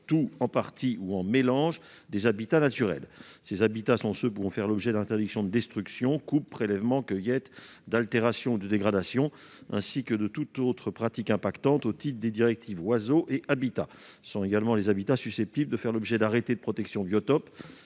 tout, en partie ou « en mélange » des habitats naturels. Ces habitats sont ceux pouvant faire l'objet d'interdictions de destruction, de coupe, de prélèvement, de cueillette, d'altération ou de dégradation, ainsi que de toute autre pratique ayant un impact sur eux au titre des directives Oiseaux et Habitats. Ce sont également les habitats susceptibles de faire l'objet d'arrêtés de protection de biotope